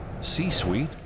C-Suite